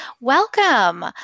welcome